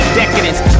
decadence